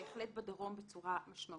בהחלט בדרום בצורה משמעותית.